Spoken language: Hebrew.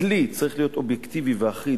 הכלי צריך להיות אובייקטיבי ואחיד,